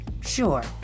sure